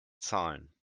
zahlen